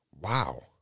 Wow